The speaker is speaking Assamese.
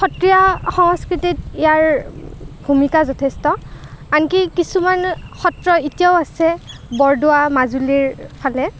সত্ৰীয়া সংস্কৃতিত ইয়াৰ ভূমিকা যথেষ্ট আনকি কিছুমান সত্ৰ এতিয়াও আছে বৰদোৱা মাজুলীৰফালে